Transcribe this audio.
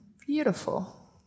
Beautiful